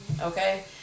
okay